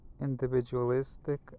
individualistic